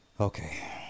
Okay